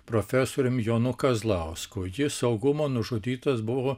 profesorium jonu kazlausku jis saugumo nužudytas buvo